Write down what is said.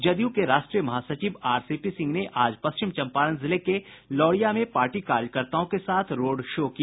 जदयू के राष्ट्रीय महासचिव आरसीपी सिंह ने आज पश्चिम चंपारण जिले के लोरिया में पार्टी कार्यकर्ताओं के साथ रोड शो किया